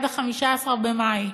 היא עד 15 במאי.